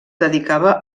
dedicava